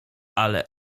ale